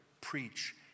preach